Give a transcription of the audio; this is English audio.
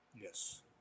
Yes